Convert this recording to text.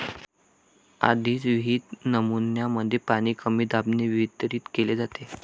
आधीच विहित नमुन्यांमध्ये पाणी कमी दाबाने वितरित केले जाते